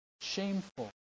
shameful